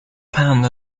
pound